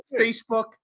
Facebook